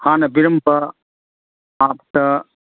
ꯍꯥꯟꯅ ꯄꯤꯔꯝꯕ ꯍꯥꯐꯇ